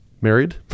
Married